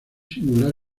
singular